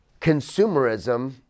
Consumerism